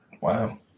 Wow